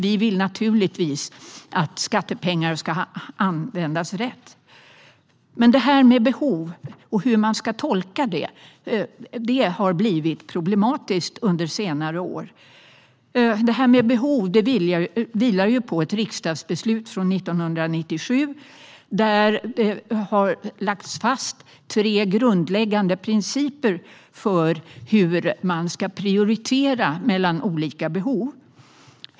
Vi vill naturligtvis att skattepengar ska användas rätt. Hur man ska tolka "behov" har blivit problematiskt under senare år. Detta med "behov" vilar på ett riksdagsbeslut från 1997. Då lades tre grundläggande principer fast för hur man ska prioritera mellan olika behov.